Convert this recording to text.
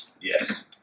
Yes